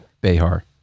Behar